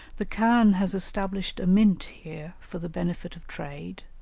the khan has established a mint here for the benefit of trade,